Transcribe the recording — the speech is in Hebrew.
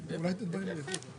פנייה 36001 36001,